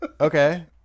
Okay